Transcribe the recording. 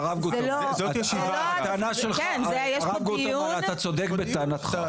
אתה צודק בטענתך.